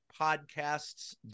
podcasts